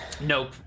Nope